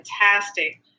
fantastic